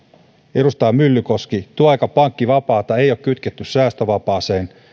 edustaja myllykoski työaikapankkivapaata ei ole kytketty säästövapaaseen